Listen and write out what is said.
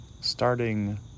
starting